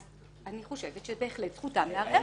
אז אני חושבת שבהחלט זכותם לערער